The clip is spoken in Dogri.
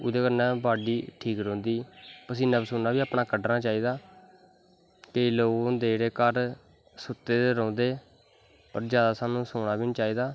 ओह्दे कन्नै बॉडी ठीक रौंह्दी पसीनां पसूनां बी अपना कट्टना चाही दा केंई लोग होंदे जेह्ड़े घर सुत्ते दे रौंह्दे और जादा साह्नू सौनां बी नी चाही दा